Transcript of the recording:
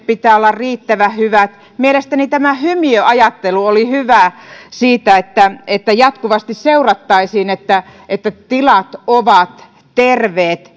pitää olla riittävän hyvät mielestäni tämä hymiöajattelu oli hyvä siitä että että jatkuvasti seurattaisiin että että tilat ovat terveet